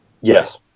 yes